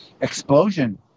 explosion